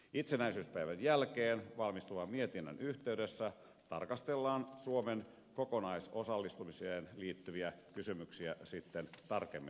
itsenäisyyspäivän jälkeen valmistuvan mietinnön yhteydessä tarkastellaan suomen kokonaisosallistumiseen liittyviä kysymyksiä tarkemmin